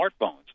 smartphones